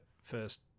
first